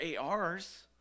ARs